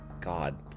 god